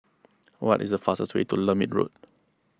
what is the fastest way to Lermit Road